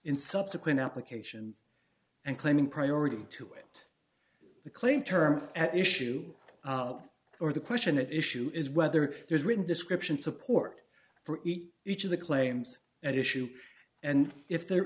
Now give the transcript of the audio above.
in subsequent applications and claiming priority to it the claim term at issue or the question at issue is whether there's written description support for each of the claims at issue and if there